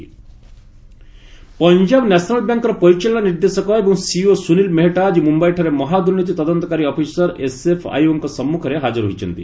PNB MD SFIO Punjab national ବ୍ୟାଙ୍କ୍ର ପରିଚାଳନା ନିର୍ଦ୍ଦେଶକ ଏବଂ ସିଇଓ ସୁନିଲ୍ ମେହେଟ୍ଟା ଆକି ମୁମ୍ବାଇଠାରେ ମହାଦୁର୍ନୀତି ତଦନ୍ତକାରୀ ଅଫିସର ଏସ୍ଏଫ୍ଆଇଓଙ୍କ ସମ୍ମୁଖରେ ହାଜର ହୋଇଛନ୍ତି